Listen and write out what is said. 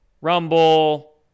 rumble